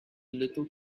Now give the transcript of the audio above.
little